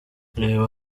reba